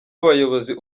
abayobozi